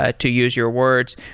ah to use your words,